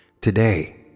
Today